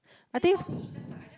I think